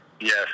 yes